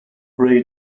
ray